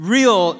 real